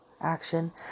action